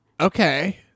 Okay